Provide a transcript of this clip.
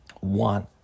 want